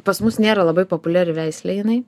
pas mus nėra labai populiari veislė jinai